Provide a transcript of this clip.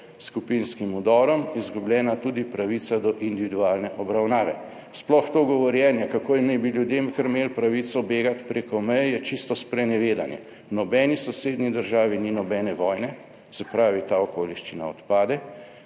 skupinskim vdorom izgubljena tudi pravica do individualne obravnave. Sploh to govorjenje, kako naj bi ljudem kar imeli pravico begati preko meje, je čisto sprenevedanje. V nobeni sosednji državi ni nobene vojne, se pravi, ta okoliščina odpade.